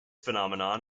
phenomenon